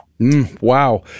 Wow